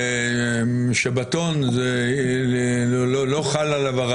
שרעיון השבתון לא חל עליו.